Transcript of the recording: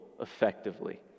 effectively